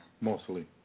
mostly